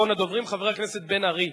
אחרון הדוברים, חבר הכנסת בן-ארי.